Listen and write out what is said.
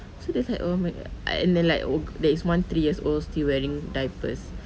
so there's like oh my god uh and then like there is one three years old still wearing diapers